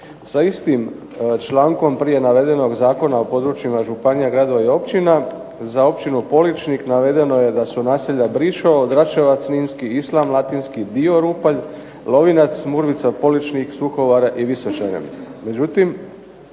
Sa istim člankom prije navedenog Zakona o područjima Županija, gradova i općina za Općinu Poličnik navedeno je da su naselja Briševo, Dračevac Ninski, Islam Latinski, Dio Rupalj, Lovinac, Murvica, POličnik, Suhovar i Visošane.